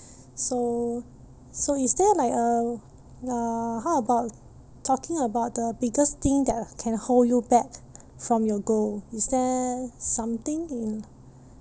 so so is there like a uh how about talking about the biggest thing that can hold you back from your goal is there something